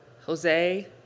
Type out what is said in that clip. Jose